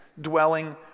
dwelling